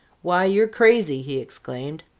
why, you're crazy! he exclaimed.